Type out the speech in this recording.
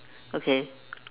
okay